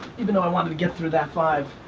even though i wanted to get through that five,